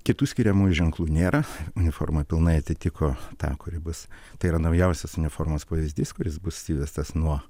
kitų skiriamųjų ženklų nėra uniforma pilnai atitiko tako ribas tai yra naujausias uniformos pavyzdys kuris bus įvestas nuo